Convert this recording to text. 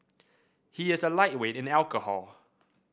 he is a lightweight in alcohol